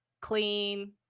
clean